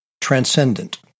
transcendent